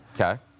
Okay